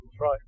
right